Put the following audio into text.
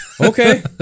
Okay